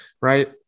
right